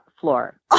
floor